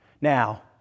Now